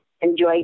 enjoy